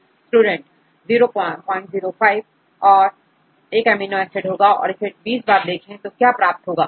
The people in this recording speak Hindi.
Student 005 Student 20 times छात्र 005 यह एक अमीनो एसिड के लिए होगा यदि इससे 20 बार देखें तो यह क्या प्राप्त होगा